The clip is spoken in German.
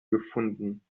gefunden